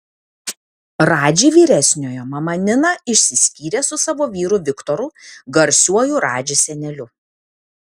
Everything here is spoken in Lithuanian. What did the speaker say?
radži vyresniojo mama nina išsiskyrė su savo vyru viktoru garsiuoju radži seneliu